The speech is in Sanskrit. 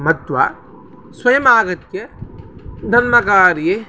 मत्वा स्वयम् आगत्य धर्मकार्ये